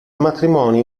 matrimonio